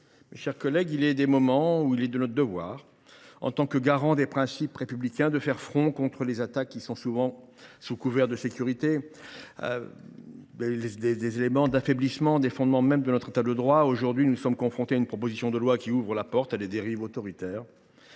et Républicain. Oui, il est des moments où il est de notre devoir, en tant que garants des principes républicains, de faire front contre les attaques, qui, sous couvert de sécurité, visent à affaiblir les fondements mêmes de notre État de droit. Aujourd’hui, nous sommes confrontés à une proposition de loi qui ouvre la porte à des dérives autoritaires,